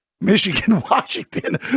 Michigan-Washington